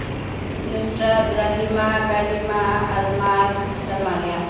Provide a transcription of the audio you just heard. Nusrat Rahim Karim Almas ꯔꯃꯅꯤꯌꯥ